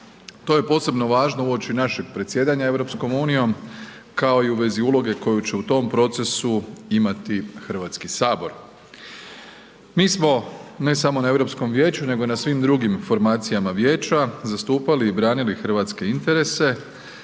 To je posebno važno uoči našeg predsjedanja EU kao i u vezi uloge koju će u tom procesu imati Hrvatski sabor. Mi smo ne samo na Europskom vijeću nego i na svim drugim formacijama vijeća zastupali i branili hrvatske interese